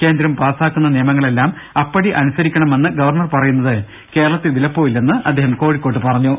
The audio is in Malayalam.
കേന്ദ്രം പാസ്സാക്കുന്ന നിയമങ്ങളെല്ലാം അപ്പടി അനുസരിക്കണമെന്ന് ഗവർണർ പറയുന്നത് കേരളത്തിൽ വിലപ്പോവില്ലെന്നും അദ്ദേഹം കോഴി ക്കോട്ട് പറഞ്ഞു